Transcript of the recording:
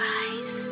eyes